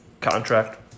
contract